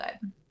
good